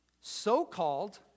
so-called